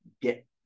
get